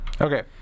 Okay